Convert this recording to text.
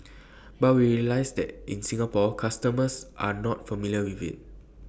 but we realise that in Singapore customers are not familiar with IT